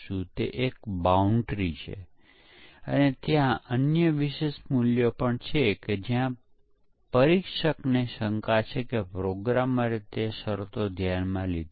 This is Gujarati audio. શું તે આશ્ચર્યજનક લાગે છે કે આપણે એકમ પરીક્ષણ અને એકીકરણ પરીક્ષણ એ વેરિફિકેશન તકનીક છે તેવું લખ્યું છે